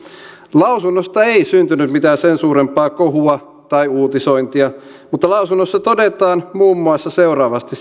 lausunnosta ei syntynyt mitään sen suurempaa kohua tai uutisointia mutta lausunnossa todetaan muun muassa seuraavasti